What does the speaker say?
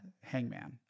Hangman